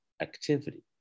activity